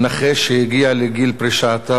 נכה שהגיע לגיל פרישה),